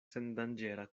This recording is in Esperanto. sendanĝera